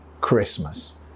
Christmas